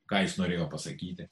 ką jis norėjo pasakyti